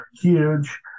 huge